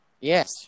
Yes